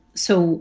so